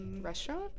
Restaurant